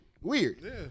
Weird